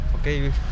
okay